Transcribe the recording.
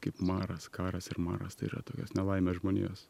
kaip maras karas ir maras tai yra tokios nelaimės žmonijos